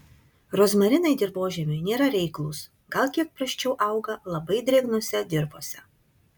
rozmarinai dirvožemiui nėra reiklūs gal kiek prasčiau auga labai drėgnose dirvose